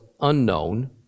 unknown